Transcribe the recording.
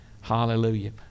Hallelujah